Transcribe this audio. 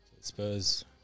Spurs